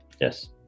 Yes